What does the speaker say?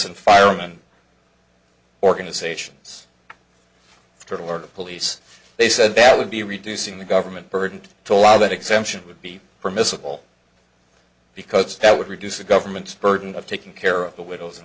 and firemen organizations to alert the police they said that would be reducing the government burdened to allow that exemption would be permissible because that would reduce the government's burden of taking care of the widows and